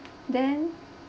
then